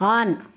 on